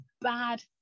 bad